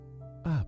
up